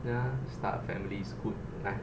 ya start a family is good right